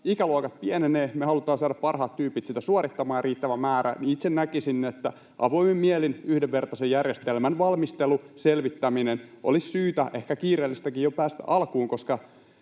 Ikäluokat pienenevät, me halutaan saada parhaat tyypit ja riittävä määrä sitä suorittamaan. Itse näkisin, että avoimin mielin yhdenvertaisen järjestelmän valmistelu, selvittäminen, olisi syytä ehkä kiireellisestikin jo päästä alkuun, koska